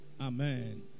Amen